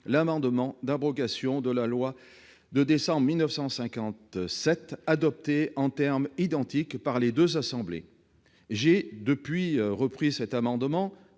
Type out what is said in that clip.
l'amendement d'abrogation de la loi de décembre 1957 adopté en termes identiques par les deux assemblées. J'ai depuis repris cet amendement